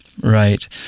Right